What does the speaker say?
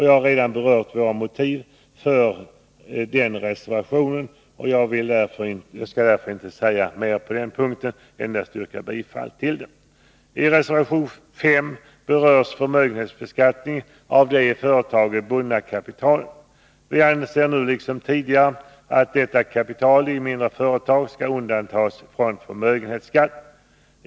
Jag har redan berört våra motiv för den reservationen. Jag skall därför inte säga mer på denna punkt utan endast yrka bifall till reservationen. I reservation 5 berörs förmögenhetsbeskattningen av företag med bundet kapital. Vi anser nu liksom tidigare att detta kapital i mindre företag skall undantas från förmögenhetsskatt.